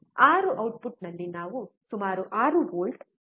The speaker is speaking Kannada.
6 ಔಟ್ಪುಟ್ನಲ್ಲಿ ನಾವು ಸುಮಾರು 6 ವೋಲ್ಟ್ 6